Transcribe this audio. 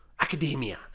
academia